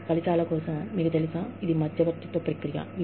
ఫలితాల కోసం సమయం వచ్చినప్పుడు ఇది మధ్యవర్తిత్వ ప్రక్రియ అని మీకు తెలుసు